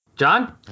John